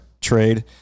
trade